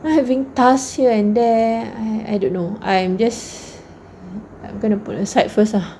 we're having task here and there I I don't know I'm just I'm going to put aside first lah